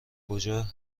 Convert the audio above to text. کجا